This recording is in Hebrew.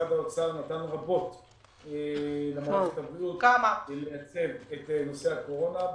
משרד האוצר נתן רבות למערכת הבריאות כדי לייצב את נושא הקורונה.